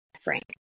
Frank